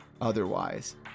otherwise